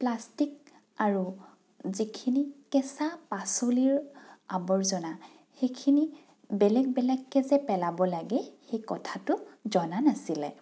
plastic আৰু যিখিনি কেঁচা পাচলিৰ আৱৰ্জনা সেইখিনি বেলেগ বেলেগকৈ যে পেলাব লাগে সেই কথাটো জনা নাছিলে